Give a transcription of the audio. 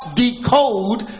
decode